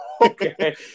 Okay